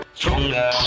stronger